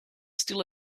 still